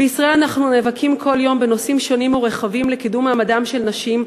בישראל אנחנו נאבקים כל יום בנושאים שונים ורחבים לקידום מעמדן של נשים,